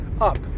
up